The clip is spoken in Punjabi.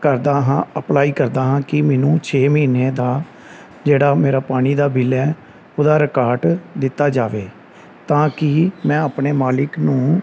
ਕਰਦਾ ਹਾਂ ਅਪਲਾਈ ਕਰਦਾ ਹਾਂ ਕਿ ਮੈਨੂੰ ਛੇ ਮਹੀਨੇ ਦਾ ਜਿਹੜਾ ਮੇਰਾ ਪਾਣੀ ਦਾ ਬਿਲ ਹੈ ਉਹਦਾ ਰਿਕਾਰਟ ਦਿੱਤਾ ਜਾਵੇ ਤਾਂ ਕਿ ਮੈਂ ਆਪਣੇ ਮਾਲਕ ਨੂੰ